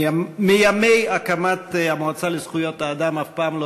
מימי הקמת מועצת זכויות האדם אף פעם לא